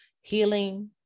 Healing